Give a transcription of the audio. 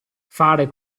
fare